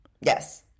yes